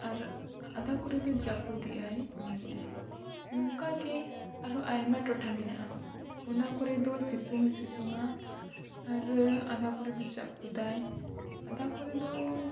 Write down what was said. ᱟᱨ ᱟᱫᱷᱟ ᱠᱚᱨᱮ ᱫᱚ ᱡᱟᱹᱯᱩᱫᱮᱜ ᱟᱭ ᱢᱟᱱᱮ ᱱᱚᱝᱠᱟᱜᱮ ᱟᱨᱦᱚᱸ ᱟᱭᱢᱟ ᱴᱚᱴᱷᱟ ᱢᱮᱱᱟᱜᱼᱟ ᱚᱱᱟ ᱠᱚᱨᱮ ᱫᱚ ᱥᱤᱛᱩᱝ ᱦᱚᱸ ᱥᱤᱛᱩᱝᱟ ᱟᱨ ᱟᱫᱷᱟ ᱠᱚᱨᱮ ᱫᱚ ᱡᱟᱹᱯᱩᱫᱟᱭ ᱟᱫᱷᱟ ᱠᱚᱨᱮ ᱫᱚ